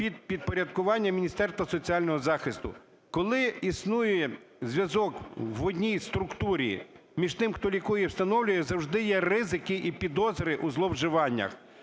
підпорядкування Міністерства соціального захисту. Коли існує зв'язок в одній структурі між тим, хто лікує і встановлює, завжди є ризики і підозри у зловживаннях.